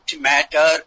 matter